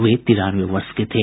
वे तिरानवे वर्ष के थे